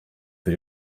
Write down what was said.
für